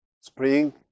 spring